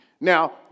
now